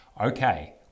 Okay